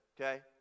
okay